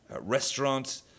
restaurant